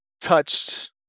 touched